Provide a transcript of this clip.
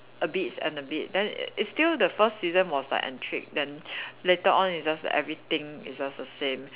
a bits and a bit then it's still the first season was like intrigued then later on it's just everything is just the same